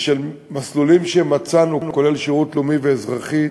במסלולים שמצאנו, כולל שירות לאומי ואזרחי,